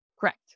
Correct